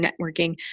networking